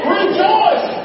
rejoice